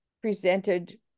presented